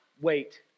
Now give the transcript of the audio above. wait